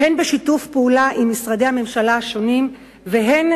הן בשיתוף פעולה עם משרדי הממשלה השונים והן